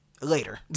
later